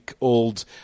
Old